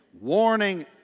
warning